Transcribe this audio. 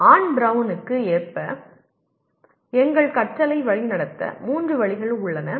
on பிரவுனுக்கு ஏற்ப எங்கள் கற்றலை வழிநடத்த மூன்று வழிகள் உள்ளன